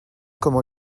comment